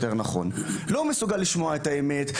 הוא לא מסוגל לשמוע את האמת,